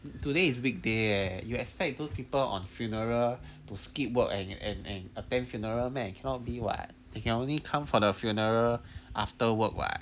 today is weekday leh you expect those people on funeral to skip work and and and attend funeral meh cannot be what you can only come for the funeral after work [what]